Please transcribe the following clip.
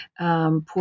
poor